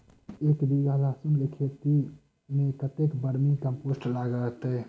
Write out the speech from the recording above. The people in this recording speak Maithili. एक बीघा लहसून खेती मे कतेक बर्मी कम्पोस्ट लागतै?